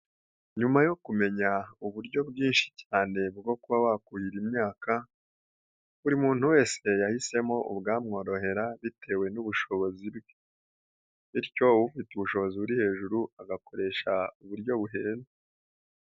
Nyuma yo kumenya uburyo bwinshi cyane bwo kuba wakuhira imyaka, buri muntu wese yahisemo ubwamworohera bitewe n'ubushobozi bwe bityo ufite ubushobozi buri hejuru agakoresha uburyo buhenze.